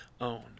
own